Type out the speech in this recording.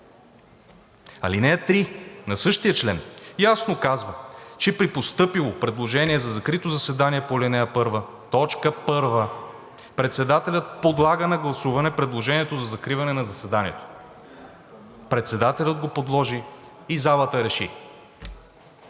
Ал. 3 на същия член ясно казва, че при постъпило предложение за закрито заседание по ал. 1, т. 1 председателят подлага на гласуване предложението за закриване на заседанието. Председателят го подложи и залата реши.